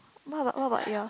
what about what about yours